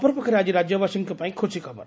ଅପରପକ୍ଷରେ ଆଜି ରାଜ୍ୟବାସୀଙ୍କ ପାଇଁ ଖୁସି ଖବର